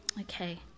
Okay